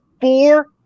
Four